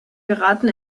geraten